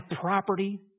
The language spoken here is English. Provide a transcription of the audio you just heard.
property